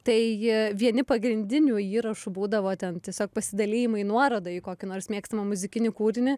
tai vieni pagrindinių įrašų būdavo ten tiesiog pasidalijimai nuoroda į kokį nors mėgstamą muzikinį kūrinį